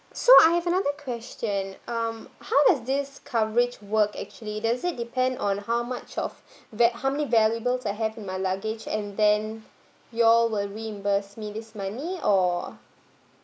so I have another question um how does this coverage work actually does it depend on how much of va~ how many valuables I have in my luggage and then you all will reimburse me these money or